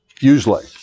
usually